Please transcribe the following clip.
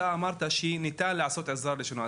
אתה אמרת שניתן לעשות עזרה ראשונה.